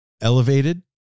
elevated